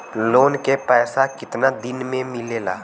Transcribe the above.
Loan के पैसा कितना दिन मे मिलेला?